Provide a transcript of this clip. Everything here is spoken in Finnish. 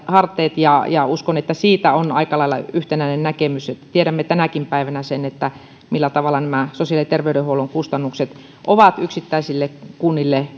harteet ja ja uskon että siitä on aika lailla yhtenäinen näkemys tiedämme tänäkin päivänä sen millä tavalla sosiaali ja terveydenhuollon kustannukset ovat yksittäisille kunnille